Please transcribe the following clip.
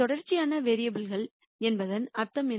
தொடர்ச்சியான வேரியபுல் கள் என்பதன் அர்த்தம் என்ன